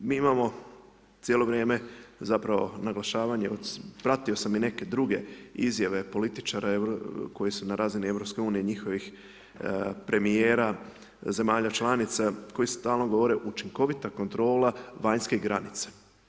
Mi imamo cijelo vrijeme, zapravo, naglašavanje, pratio sam i neke druge izjave političara koji su na razini EU, njihovih premijera, zemalja članica, koje stalno govore učinkovita kontrola vanjske granice.